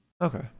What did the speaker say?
Okay